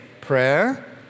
prayer